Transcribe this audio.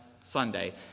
Sunday